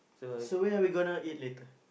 so where are we gonna eat later